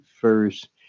first